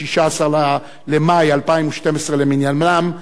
16 במאי 2012 למניינם,